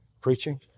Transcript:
preaching